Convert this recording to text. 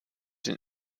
den